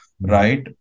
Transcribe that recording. right